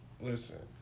listen